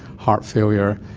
heart failure,